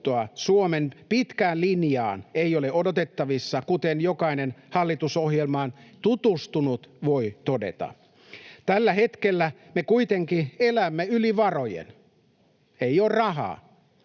Suomen pitkään linjaan ei ole odotettavissa, kuten jokainen hallitusohjelmaan tutustunut voi todeta. Tällä hetkellä me kuitenkin elämme yli varojen, ei ole rahaa.